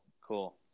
Cool